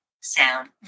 sound